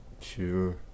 Sure